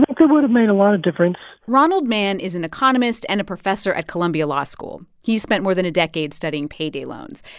would've made a lot of difference ronald mann is an economist and a professor at columbia law school. he's spent more than a decade studying payday loans.